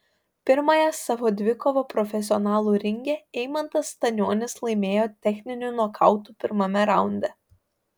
pirmąją savo dvikovą profesionalų ringe eimantas stanionis laimėjo techniniu nokautu pirmame raunde